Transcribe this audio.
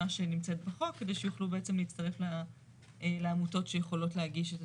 שנמצאת בחוק כדי שיוכלו בעצם להצטרף לרשימה שנמצאת בחוק כדי